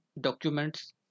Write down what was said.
documents